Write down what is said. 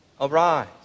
arise